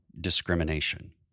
discrimination